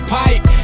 pipe